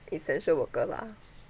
essential worker lah